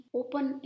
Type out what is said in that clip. open